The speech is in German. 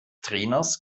trainers